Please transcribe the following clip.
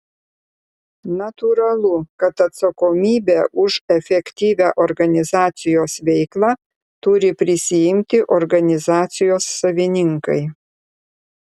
natūralu kad atsakomybę už efektyvią organizacijos veiklą turi prisiimti organizacijos savininkai